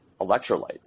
electrolytes